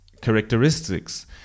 characteristics